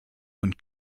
und